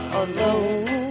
alone